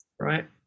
right